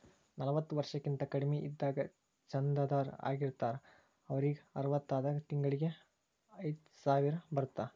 ನಲವತ್ತ ವರ್ಷಕ್ಕಿಂತ ಕಡಿಮಿ ಇದ್ದಾಗ ಚಂದಾದಾರ್ ಆಗಿರ್ತಾರ ಅವರಿಗ್ ಅರವತ್ತಾದಾಗ ತಿಂಗಳಿಗಿ ಐದ್ಸಾವಿರ ಬರತ್ತಾ